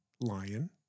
lion